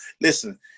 listen